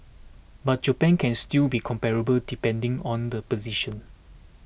but Japan can still be comparable depending on the position